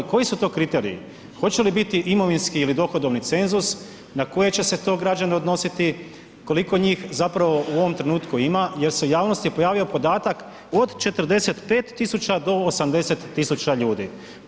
Koji su to kriteriji hoće li biti imovinski ili dohodovni cenzus, na koje će se to građane odnositi, koliko njih zapravo u ovom trenutku ima, jer se u javnosti pojavio podatak od 45.000 do 80.000 ljudi?